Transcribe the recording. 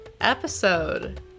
Episode